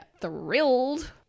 thrilled